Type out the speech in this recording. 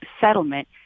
settlement